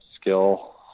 skill